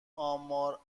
امار